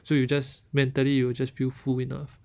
so you just mentally you will just feel full enough